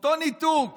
אותו ניתוק